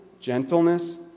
gentleness